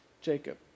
Jacob